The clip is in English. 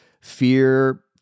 fear